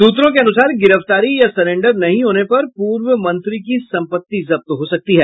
सूत्रों के अनुसार गिरफ्तारी या सरेंडर नहीं होने पर पूर्व मंत्री की संपत्ति जब्त हो सकती है